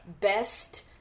best